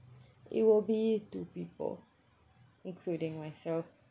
it will be two people including myself